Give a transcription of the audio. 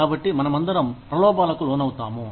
కాబట్టి మనమందరం ప్రలోభాలకు లోనవుతాము